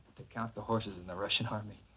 to count. the horses in the russian army.